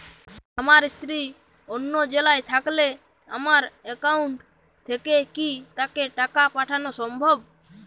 আমার স্ত্রী অন্য জেলায় থাকলে আমার অ্যাকাউন্ট থেকে কি তাকে টাকা পাঠানো সম্ভব?